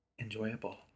enjoyable